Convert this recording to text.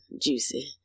juicy